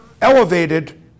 elevated